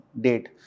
date